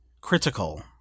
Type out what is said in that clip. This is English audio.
Critical